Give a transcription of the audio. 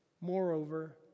Moreover